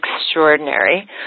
extraordinary